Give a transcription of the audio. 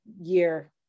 year